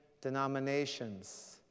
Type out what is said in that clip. denominations